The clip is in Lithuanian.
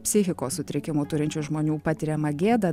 psichikos sutrikimų turinčių žmonių patiriamą gėdą